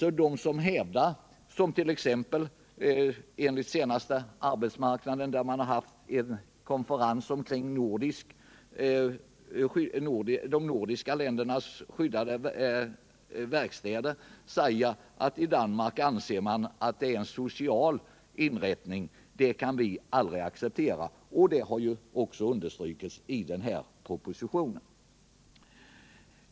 Enligt vad som framkom vid en konferens om de nordiska ländernas skyddade verkstäder anser man i Danmark att en skyddad verkstad är en social inrättning. Det synsättet kan vi aldrig acceptera, och detta har också understrukits i propositionen.